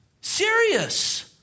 Serious